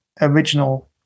original